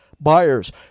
buyers